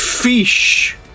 Fish